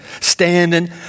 standing